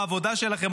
בעבודה שלכם,